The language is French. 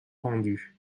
pendu